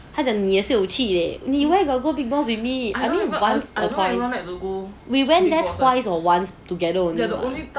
他讲你也有去 leh 你 where got go big boss with me once or twice we went there twice or once together only